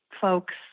folks